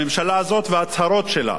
הממשלה הזאת וההצהרות שלה,